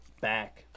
back